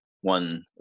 One